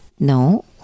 No